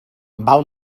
val